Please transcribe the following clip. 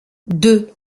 deux